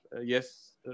yes